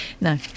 No